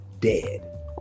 dead